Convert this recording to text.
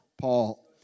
Paul